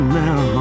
now